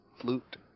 flute